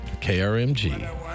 KRMG